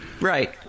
Right